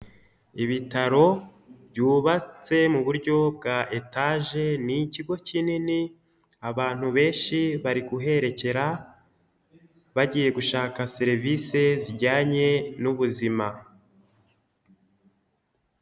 Ibitaro byubatse mu buryo bwa etaje ni ikigo kinini abantu benshi bari kuherekera bagiye gushaka serivisi zijyanye n'ubuzima.